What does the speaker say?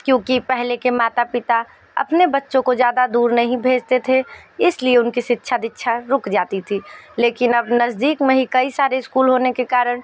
क्योंकि पहले के माता पिता अपने बच्चों को ज़्यादा दूर नहीं भेजते थे इसलिए उनकी शिक्षा दीक्षा रुक जाती थी लेकिन अब नज़दीक में ही कई सारे इस्कूल होने के कारण